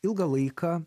ilgą laiką